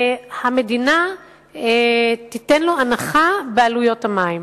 המדינה תיתן לו הנחה במחיר המים.